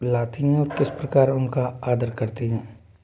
लाती हैं और किस प्रकार उनका आदर करती हैं